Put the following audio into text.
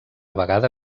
vegada